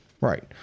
Right